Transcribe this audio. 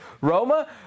Roma